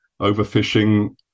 overfishing